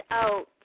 out